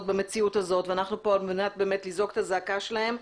ובמציאות הזאת ואנחנו פה על מנת לזעוק את הזעקה שלהן.